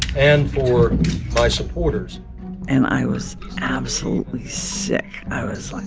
and for my supporters and i was absolutely sick. i was, like,